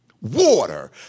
Water